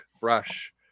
brush